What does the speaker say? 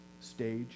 stage